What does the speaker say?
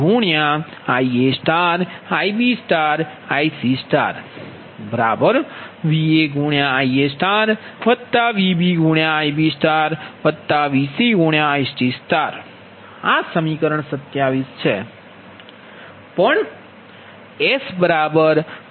SVpTIpVa Vb Vc Ia Ib Ic VaIaVbIbVcIc આ સમીકરણ 27 છે